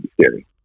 scary